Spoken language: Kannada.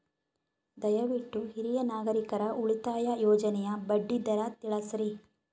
ದಯವಿಟ್ಟು ಹಿರಿಯ ನಾಗರಿಕರ ಉಳಿತಾಯ ಯೋಜನೆಯ ಬಡ್ಡಿ ದರ ತಿಳಸ್ರಿ